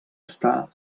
estar